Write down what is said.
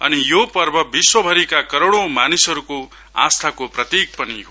अनि यो पर्व विश्वभरिका करोडौ मानिसहरुको आस्थाको प्रतिक पनि हो